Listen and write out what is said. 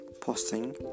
posting